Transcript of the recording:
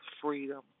freedom